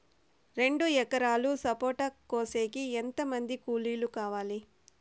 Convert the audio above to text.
రెండు ఎకరాలు సపోట కోసేకి ఎంత మంది కూలీలు కావాలి?